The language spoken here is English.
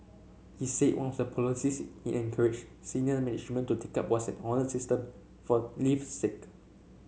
he said one of the policies he encouraged senior management to take up was an honour system for leave sick